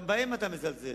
גם בהם אתה מזלזל,